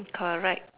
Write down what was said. correct